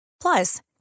Plus